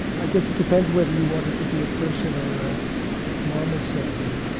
i guess it depends whether you wanted to be a person, or a marmoset, or